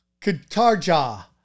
Katarja